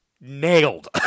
nailed